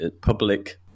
public